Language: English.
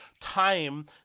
time